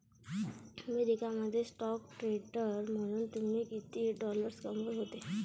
America मध्ये stock trader म्हणून तुम्ही किती डॉलर्स कमावत होते